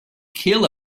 kill